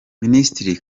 minisitiri